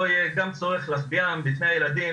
לא יהיה גם צורך להחביאם מפני הילדים.